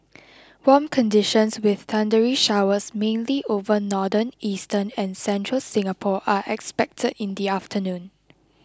warm conditions with thundery showers mainly over northern eastern and central Singapore are expected in the afternoon